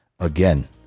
Again